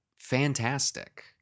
fantastic